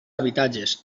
habitatges